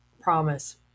promise